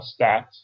stats